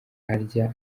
arya